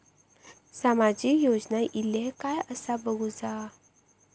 सामाजिक योजना इले काय कसा बघुचा?